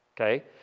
okay